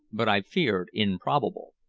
but i feared improbable.